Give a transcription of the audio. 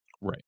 Right